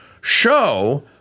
show